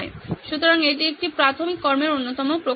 সুতরাং এটি প্রাথমিক কর্মের অন্যতম প্রকাশ